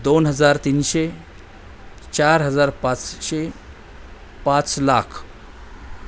दोन हजार तीनशे चार हजार पाचशे पाच लाख